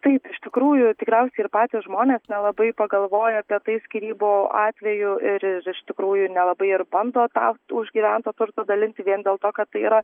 taip iš tikrųjų tikriausiai ir patys žmonės nelabai pagalvoja apie tai skyrybų atveju ir ir iš tikrųjų nelabai ir bando tą užgyventą turtą dalinti vien dėl to kad tai yra